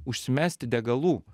užsimesti degalų